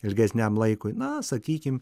ilgesniam laikui na sakykim